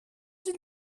ils